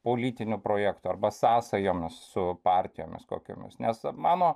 politiniu projektu arba sąsajomis su partijomis kokiomis nes mano